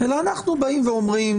אנחנו באים ואומרים